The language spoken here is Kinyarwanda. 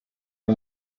uyu